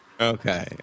Okay